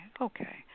Okay